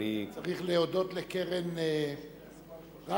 צריך להודות לקרן רש"י,